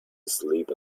asleep